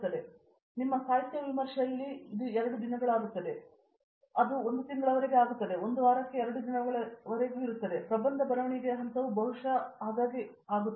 ಆದ್ದರಿಂದ ನಿಮ್ಮ ಸಾಹಿತ್ಯ ವಿಮರ್ಶೆಯಲ್ಲಿ ಇದು ಎರಡು ದಿನಗಳಾಗುತ್ತದೆ ನಂತರ ಅದು ಒಂದು ತಿಂಗಳವರೆಗೆ ಆಗುತ್ತದೆ ಅದು ಒಂದು ವಾರಕ್ಕೆ ಎರಡು ದಿನಗಳವರೆಗೆ ಇರುತ್ತದೆ ಮತ್ತು ನಂತರ ಪ್ರಬಂಧ ಬರವಣಿಗೆಯ ಹಂತವು ಬಹುಶಃ ಹೆಚ್ಚು ಆಗಾಗ್ಗೆ ಆಗುತ್ತದೆ